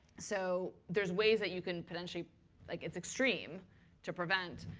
so there's ways that you can potentially like it's extreme to prevent.